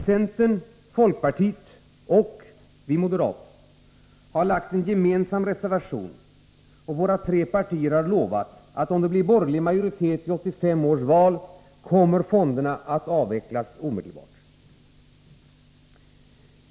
Centern, folkpartiet och moderata samlingspartiet har lagt en gemensam reservation, och våra tre partier har lovat, att om det blir borgerlig majoritet i 1985 års val, kommer fonderna att avvecklas omedelbart. Fru talman!